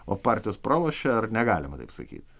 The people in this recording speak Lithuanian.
o partijos pralošė ar negalima taip sakyt